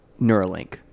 Neuralink